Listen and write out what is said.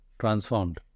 transformed